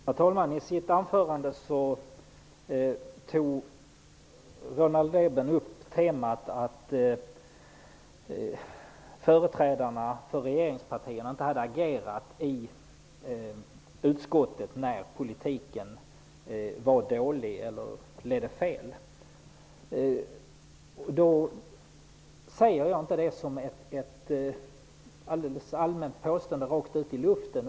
Herr talman! Roland Lében tog i sitt anförande upp temat att företrädarna för regeringspartierna inte hade agerat i utskottet när politiken var dålig eller ledde fel. Jag säger inte detta som ett allmänt påstående rakt ut i luften.